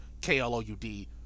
K-L-O-U-D